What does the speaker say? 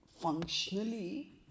functionally